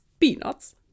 peanuts